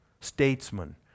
statesman